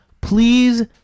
please